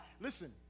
listen